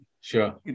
Sure